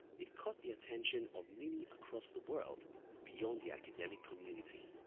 it caught the attention of many across the world beyond the academic community.